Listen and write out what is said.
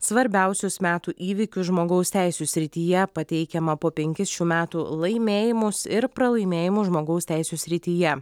svarbiausius metų įvykius žmogaus teisių srityje pateikiama po penkis šių metų laimėjimus ir pralaimėjimus žmogaus teisių srityje